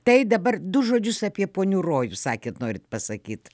tai dabar du žodžius apie ponių rojų sakėt norit pasakyt